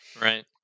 Right